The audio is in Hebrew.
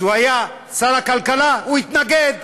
כשהוא היה שר הכלכלה, התנגד.